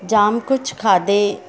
जाम कुझु खाधे